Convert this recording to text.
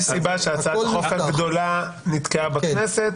יש סיבה שהצעת החוק הגדולה נתקעה בכנסת,